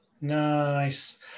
nice